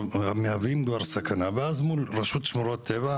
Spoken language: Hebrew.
מהווים כבר סכנה ואז מול רשות שמורות הטבע,